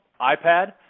iPad